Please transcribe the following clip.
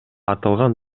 аталган